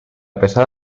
pesada